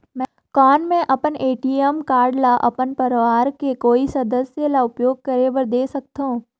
कौन मैं अपन ए.टी.एम कारड ल अपन परवार के कोई सदस्य ल उपयोग करे बर दे सकथव?